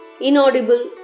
inaudible